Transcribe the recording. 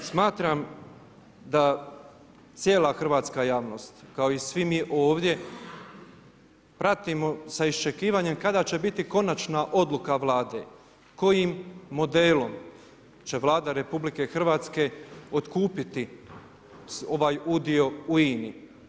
Smatram da cijela hrvatska javnost kao i svi mi ovdje pratimo sa iščekivanjem kada će biti konačna odluka Vlade, kojim modelom će Vlada RH otkupiti ovaj udio u INA-i.